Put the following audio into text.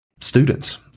students